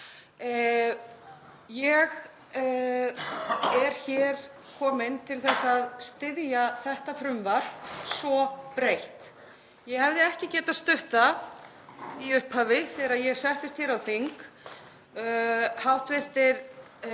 Ég er hér komin til að styðja þetta frumvarp svo breytt. Ég hefði ekki getað stutt það í upphafi þegar ég settist hér á þing. Hv.